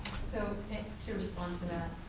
so to respond to that,